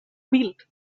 bild